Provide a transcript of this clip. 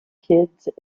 kids